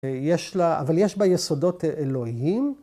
‫אבל יש בה יסודות אלוהים.